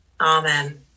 Amen